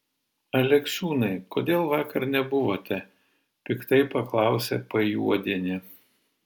aleksiūnai kodėl vakar nebuvote piktai paklausė pajuodienė